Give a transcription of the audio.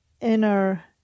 inner